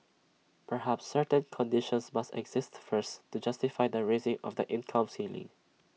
perhaps certain conditions must exist first to justify the raising of the income ceiling